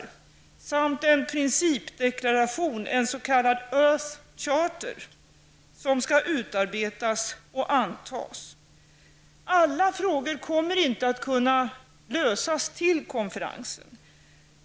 Vi arbetar också aktivt för en principdeklaration, en s.k. Earth Charter, som skall utarbetas och antas. Alla frågor kommer inte att kunna lösas till konferensen.